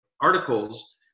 articles